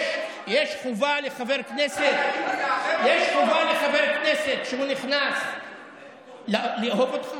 יש חובה על חבר כנסת שנכנס לאהוב אותך?